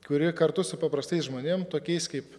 kuri kartu su paprastais žmonėm tokiais kaip